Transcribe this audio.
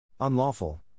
Unlawful